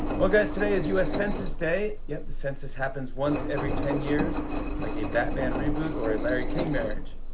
well, guys, today is u s. census day. yep, the census happens once every ten years like a batman reboot or a larry king marriage.